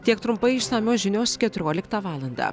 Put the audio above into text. tiek trumpai išsamios žinios keturioliktą valandą